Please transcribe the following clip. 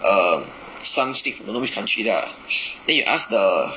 um some stick from don't know which country lah then you ask the